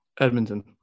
Edmonton